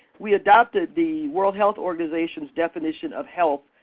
we adopted the world health organization's definition of health,